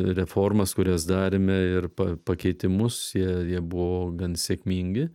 reformas kurias darėme ir pakeitimus jie jie buvo gan sėkmingi